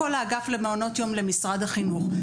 כל אגף המעונות יום עבר למשרד החינוך,